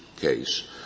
case